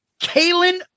Kalen